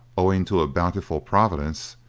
owing to a bountiful providence,